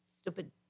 stupid